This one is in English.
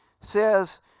says